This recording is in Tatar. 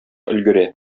өлгерә